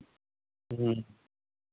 ह्म्म